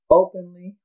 openly